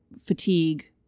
fatigue